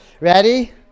Ready